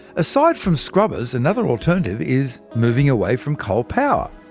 aside from scrubbers, another alternative is moving away from coal power.